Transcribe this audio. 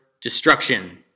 destruction